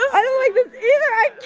i don't like this either,